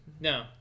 No